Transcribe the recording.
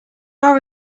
are